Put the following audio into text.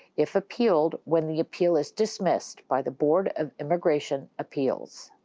if appealed, when the appeal is dismissed by the board of immigration appeals.